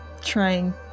trying